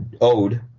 owed